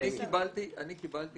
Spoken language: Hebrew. אני קיבלתי